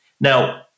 Now